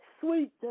sweet